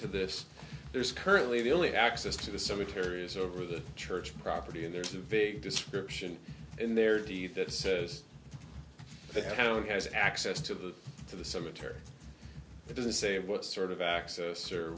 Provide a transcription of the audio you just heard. to this there's currently the only access to the cemetery is over the church property and there's a vague description in their deeds that says the head of has access to the to the cemetery it doesn't say what sort of access or